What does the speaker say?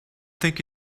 think